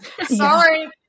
sorry